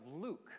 Luke